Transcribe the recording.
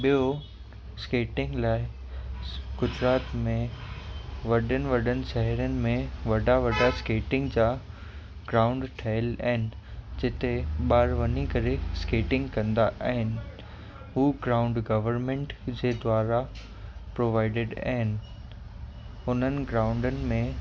ॿियो स्केटिंग लाइ गुजरात में वॾनि वॾनि शहरनि में वॾा वॾा स्केटिंग जा ग्राउंड ठहियल आहिनि जिते ॿार वञी करे स्केटिंग कंदा आहिनि हू ग्राउंड गवर्मेंट जे द्वारा प्रोवाइडिड आहिनि हुननि ग्राउंडनि में